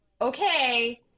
okay